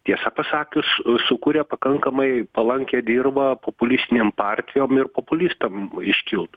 tiesą pasakius sukuria pakankamai palankią dirvą populistinėm partijom ir populistam iškilt